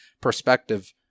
perspective